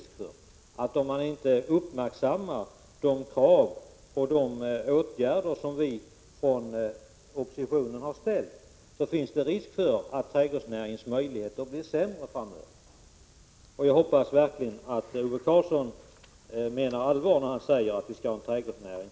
Om man inte uppmärksammar de krav på åtgärder som vi från oppositionen har ställt, finns det risk för att trädgårdsnäringens möjligheter blir sämre framöver. Jag hoppas verkligen att Ove Karlsson menar allvar, när han säger att vi skall ha kvar en trädgårdsnäring.